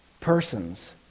persons